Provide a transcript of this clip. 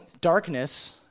darkness